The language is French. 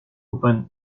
open